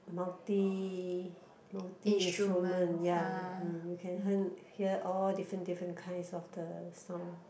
multi multi instrument ya hmm you can haen~ hear all different different kinds of the sound